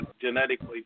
genetically